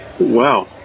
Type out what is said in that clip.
Wow